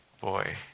Boy